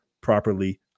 properly